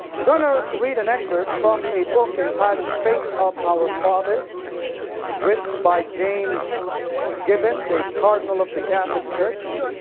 we're gonna read an excerpt from a book entitled faith of our fathers written by james gibbons, a cardinal of the catholic church.